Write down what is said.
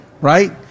Right